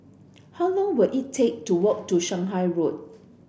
how long will it take to walk to Shanghai Road